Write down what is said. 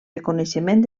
reconeixement